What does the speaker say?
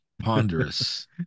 Ponderous